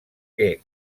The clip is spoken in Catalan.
que